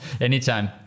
Anytime